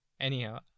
Anyhow